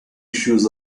issues